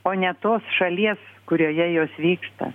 o ne tos šalies kurioje jos vyksta